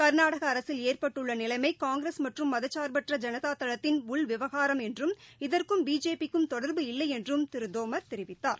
கா்நாடகஅரசில் ஏற்பட்டுள்ளநிலைமைகாங்கிரஸ் மற்றும் மதசா்பற்ற ஜனதாதளத்தின் உள்விவகாரம் என்றும் இதற்கும் பிஜேபி க்கும் தொடர்பு இல்லைஎன்றும் திருதோமர் தெரிவித்தார்